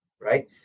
right